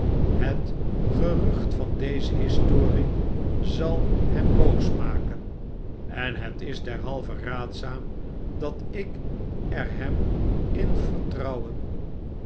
het gerucht van deze historie zal hem boos maken en het is derhalve raadzaam dat ik er hem in vertrouwen